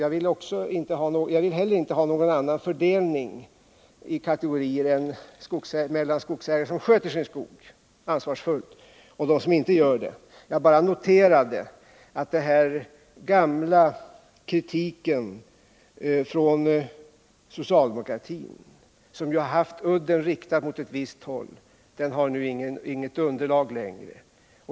Jag vill inte heller ha någon annan fördelning i kategorier än mellan skogsägare som sköter sin skog ansvarsfullt och skogsägare som inte gör det. Jag bara noterar att den gamla kritiken från socialdemokratin, som tidigare haft udden riktad mot visst håll, nu inte längre har något underlag.